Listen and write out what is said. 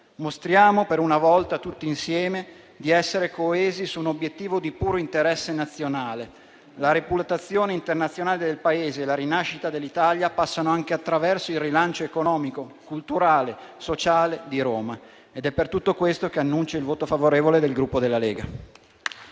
Mostriamo per una volta tutti insieme di essere coesi su un obiettivo di puro interesse nazionale, perché la reputazione internazionale del Paese e la rinascita dell'Italia passano anche attraverso il rilancio economico, culturale e sociale di Roma. Per tutto questo annuncio il voto favorevole del Gruppo Lega.